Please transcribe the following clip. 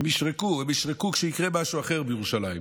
הם ישרקו, הם ישרקו כשיקרה משהו אחר בירושלים.